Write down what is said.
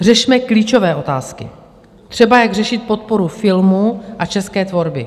Řešme klíčové otázky, třeba jak řešit podporu filmu a české tvorby.